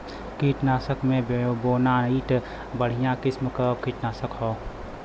कीटनाशक में बोनाइट बढ़िया किसिम क कीटनाशक हौ